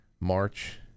March